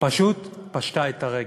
פשוט פשטה את הרגל.